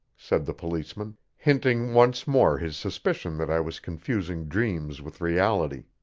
said the policeman, hinting once more his suspicion that i was confusing dreams with reality.